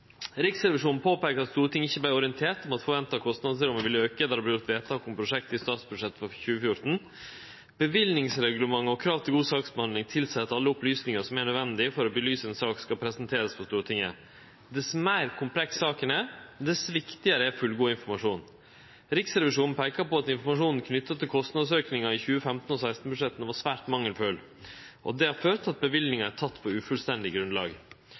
Riksrevisjonen peika på at Stortinget ikkje vart orientert om at forventa kostnadsramme ville auke då det vart gjort vedtak om prosjektet i statsbudsjettet for 2014. Løyvingsreglementet og krav til god saksbehandling tilseier at alle opplysningar som er nødvendige for å belyse ei sak, skal presenterast for Stortinget. Dess meir kompleks ei sak er, dess viktigare er fullgod informasjon. Riksrevisjonen peikar på at informasjonen knytt til kostnadsaukinga i 2015- og 2016-budsjetta var svært mangelfull, og det har ført til at løyving er gjeve på ufullstendig grunnlag.